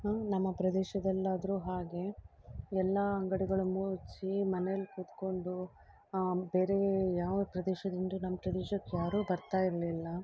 ಹಾಂ ನಮ್ಮ ಪ್ರದೇಶದಲ್ಲಾದರೂ ಹಾಗೆ ಎಲ್ಲ ಅಂಗಡಿಗಳು ಮುಚ್ಚಿ ಮನೆಲಿ ಕೂತ್ಕೊಂಡು ಬೇರೆ ಯಾವ ಪ್ರದೇಶದಿಂದಲೂ ನಮ್ಮ ಪ್ರದೇಶಕ್ಕೆ ಯಾರೂ ಬರ್ತಾ ಇರಲಿಲ್ಲ